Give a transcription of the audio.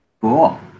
Cool